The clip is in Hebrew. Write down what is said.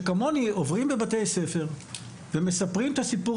שכמוני עוברים בבתי ספר ומספרים את הסיפור